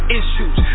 issues